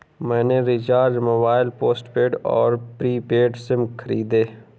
मैंने recharge mobile postpaid और prepaid SIM खरीदे